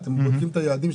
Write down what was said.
אתם בודקים את היעדים,